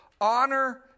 honor